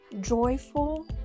joyful